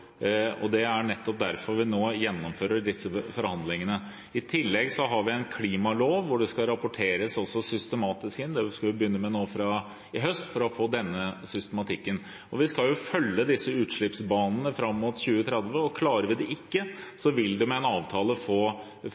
opp. Det er nettopp derfor vi nå gjennomfører disse forhandlingene. I tillegg har vi en klimalov som sier at det skal rapporteres inn systematisk. Det skal vi begynne med i høst. Vi skal følge utslippsbanene fram mot 2030. Klarer vi det ikke, vil vi med en avtale få